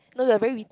no they are very wit